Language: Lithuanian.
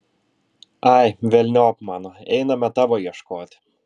ai velniop mano einame tavo ieškoti